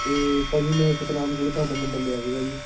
ਅਤੇ ਭਾਅ ਜੀ ਮੈਂ ਸਤਨਾਮ ਕੋਲੋਂ ਤੁਹਾਡਾ ਨੰਬਰ ਲਿਆ ਸੀਗਾ ਜੀ